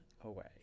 away